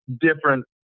different